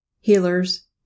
healers